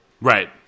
right